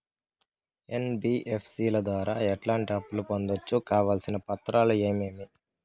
NBFC ల ద్వారా ఎట్లాంటి అప్పులు పొందొచ్చు? కావాల్సిన పత్రాలు ఏమేమి?